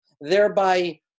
Thereby